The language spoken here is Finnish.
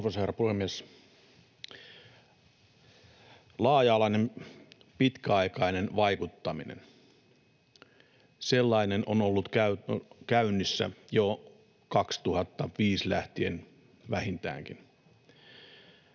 herra puhemies! Laaja-alainen, pitkäaikainen vaikuttaminen — sellainen on ollut käynnissä jo 2005 lähtien, vähintäänkin.